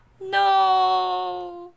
No